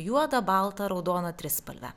juoda balta raudona trispalve